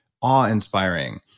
awe-inspiring